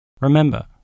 Remember